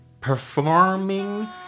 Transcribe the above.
performing